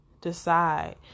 decide